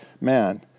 man